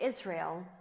Israel